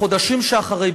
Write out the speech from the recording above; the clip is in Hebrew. בחודשים שאחרי,